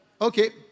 Okay